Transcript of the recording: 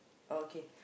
okay